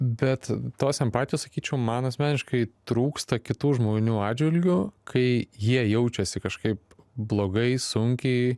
bet tos empatijos sakyčiau man asmeniškai trūksta kitų žmonių atžvilgiu kai jie jaučiasi kažkaip blogai sunkiai